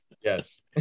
Yes